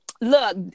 Look